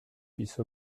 puisse